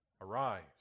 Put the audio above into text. arise